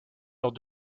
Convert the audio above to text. lors